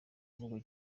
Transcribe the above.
mvugo